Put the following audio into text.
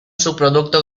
subproducto